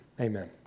Amen